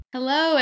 Hello